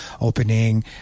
opening